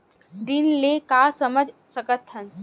ऋण ले का समझ सकत हन?